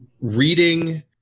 reading